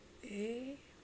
eh